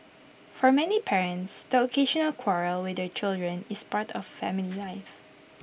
for many parents the occasional quarrel with their children is part of family life